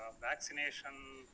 vaccination